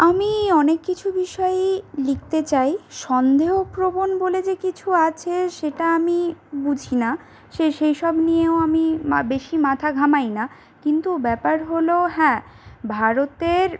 আমি অনেক কিছু বিষয়েই লিখতে চাই সন্দেহপ্রবণ বলে যে কিছু আছে সেটা আমি বুঝি না সে সেইসব নিয়েও আমি মা বেশি মাথা ঘামাই না কিন্তু ব্যাপার হল হ্যাঁ ভারতের